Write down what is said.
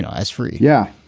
and as free yeah,